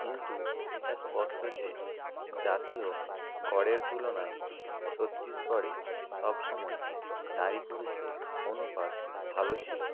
কিন্তু এটা স্পষ্ট যে জাতীয় গড়ের তুলনায় ছত্তিশগড়ে সব সময়ই নারী পুরুষের অনুপাত ভালো ছিল